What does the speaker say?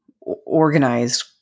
organized